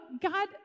God